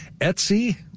Etsy